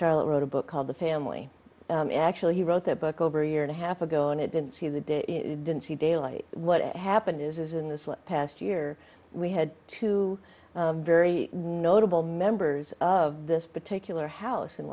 sharlet wrote a book called the family actually he wrote that book over a year and a half ago and it didn't see the day didn't see daylight what happened is in the past year we had two very notable members of this particular house in